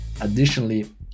Additionally